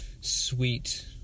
sweet